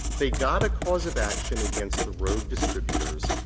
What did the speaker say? they got a cause of action against the rogue distributors.